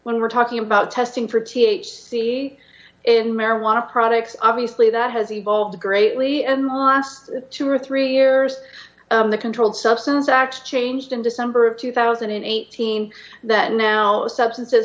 when we're talking about testing for t h c in marijuana products obviously that has evolved greatly and last two or three years the controlled substance actually changed in december of two thousand and eighteen that now the substances